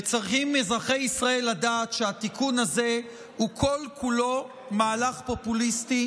וצריכים אזרחי ישראל לדעת שהתיקון הזה הוא כל-כולו מהלך פופוליסטי,